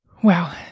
Wow